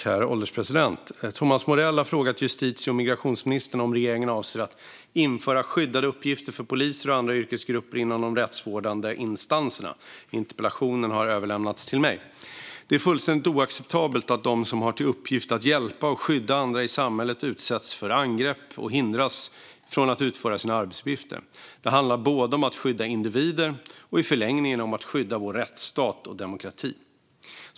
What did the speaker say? Herr ålderspresident! Thomas Morell har frågat justitie och migrationsministern om regeringen avser att införa skyddade uppgifter för poliser och andra yrkesgrupper inom de rättsvårdande instanserna. Interpellationen har överlämnats till mig. Det är fullständigt oacceptabelt att de som har till uppgift att hjälpa och skydda andra i samhället utsätts för angrepp och hindras från att utföra sina arbetsuppgifter. Det handlar både om att skydda individen och i förlängningen om att skydda vår rättsstat och demokrati.